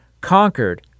conquered